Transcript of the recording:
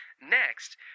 Next